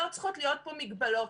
לא צריכות להיות פה מגבלות.